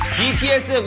bts.